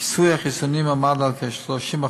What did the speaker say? כיסוי החיסונים עמד על כ-30%,